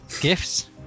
gifts